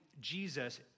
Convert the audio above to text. Jesus